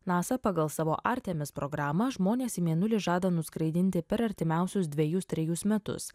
nasa pagal savo artemis programą žmones į mėnulį žada nuskraidinti per artimiausius dvejus trejus metus